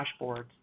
dashboards